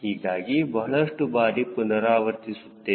ಹೀಗಾಗಿ ಬಹಳಷ್ಟು ಬಾರಿ ಪುನರಾವರ್ತಿಸುತ್ತೇವೆ